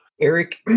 Eric